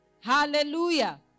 Hallelujah